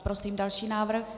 Prosím další návrh.